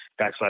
backslash